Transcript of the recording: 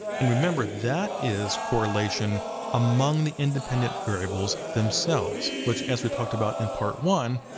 and remember, that is correlation among the independent variables themselves, which as we talked about in part one,